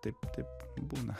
taip taip būna